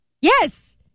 Yes